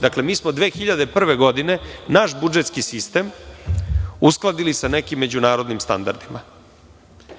Dakle, mi smo 2001. godine naš budžetski sistem uskladili sa nekim međunarodnim standardima,